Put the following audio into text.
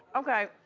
okay,